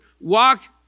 walk